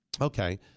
okay